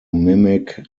mimic